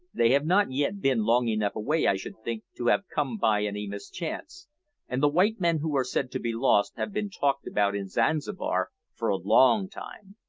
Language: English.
they have not yet been long enough away, i should think, to have come by any mischance, and the white men who are said to be lost have been talked about in zanzibar for a long time.